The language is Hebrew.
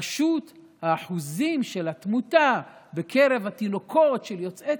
פשוט האחוזים של התמותה בקרב התינוקות של יוצאי